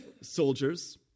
soldiers